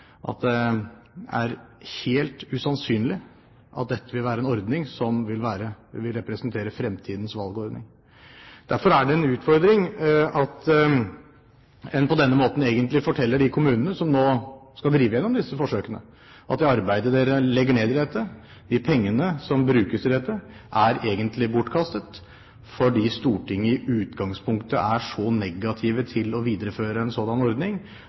at det er helt usannsynlig at dette vil være en ordning som vil representere fremtidens valgordning. Derfor er det en utfordring at en på denne måten egentlig forteller de kommunene som nå skal drive gjennom disse forsøkene, at det arbeidet dere legger ned i dette, de pengene som brukes til dette, er egentlig bortkastet, fordi Stortinget i utgangspunktet er så negativ til å videreføre en sådan ordning